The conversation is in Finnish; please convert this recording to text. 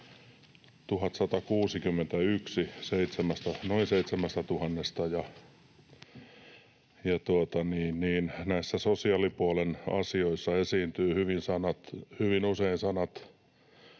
1 161 noin 7 000:sta, ja näissä sosiaalipuolen asioissa esiintyvät hyvin usein sanat